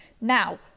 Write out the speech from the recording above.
Now